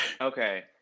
Okay